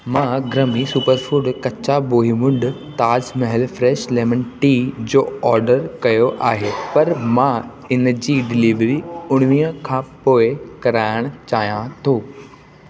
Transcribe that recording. मां ग्रमी सुपरफूड कच्चा बोहीमुंड Taj Mahal fresh lemon tea जो ऑडर कयो आहे पर मां इन जी डिलीवरी उणिवीह खां पोइ कराइणु चाहियां थो